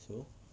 so